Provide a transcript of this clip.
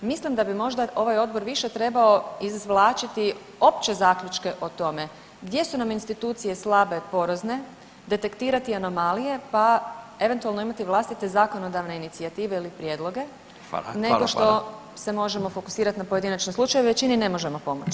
Mislim da bi možda ovaj odbor više trebao izvlačiti opće zaključke o tome gdje su nam institucije slabe, porozne, detektirati anomalije pa eventualno imati vlastite zakonodavne inicijative ili prijedloge [[Upadica Radin: Hvala, hvala.]] nego što se može fokusirati na pojedinačne slučajeve, većini ne možemo pomoć.